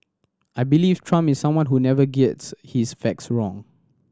I believe Trump is someone who never gets his facts wrong